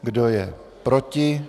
Kdo je proti?